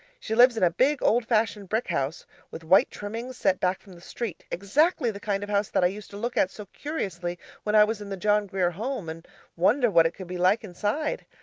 she lives in a big old-fashioned brick house with white trimmings set back from the street exactly the kind of house that i used to look at so curiously when i was in the john grier home, and wonder what it could be like inside.